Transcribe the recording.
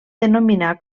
denominar